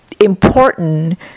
important